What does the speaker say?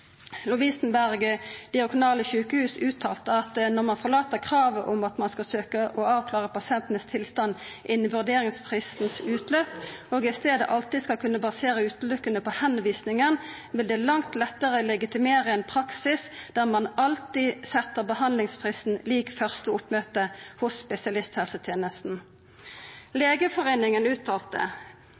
Lovisenberg Diakonale sjukehus uttalte: «Når man forlater kravet om at man skal søke å avklare pasientens tilstand innen vurderingsfristens utløp, og i stedet alltid skal kunne basere seg utlukkende på henvisningen, vil det langt lettere legitimere en praksis der man alltid setter behandlingsfristen lik første oppmøte hos spesialisthelsetjenesten.» Legeforeningen uttalte